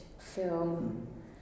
film